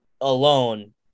alone